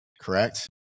correct